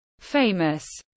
Famous